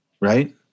right